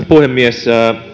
puhemies